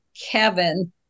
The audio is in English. Kevin